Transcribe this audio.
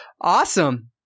Awesome